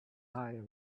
eye